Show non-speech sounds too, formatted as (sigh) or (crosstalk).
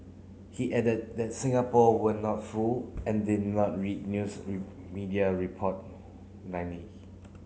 he added that Singapore were not fool and did not read news (unintelligible) media report (unintelligible)